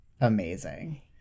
amazing